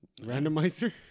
Randomizer